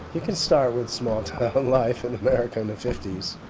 you can start with small town of life in america in the fifty s.